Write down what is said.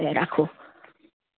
দে ৰাখোঁ